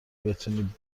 بتونی